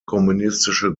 kommunistische